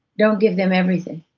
don't give them everything.